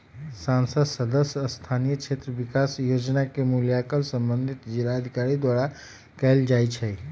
संसद सदस्य स्थानीय क्षेत्र विकास जोजना के मूल्यांकन संबंधित जिलाधिकारी द्वारा कएल जाइ छइ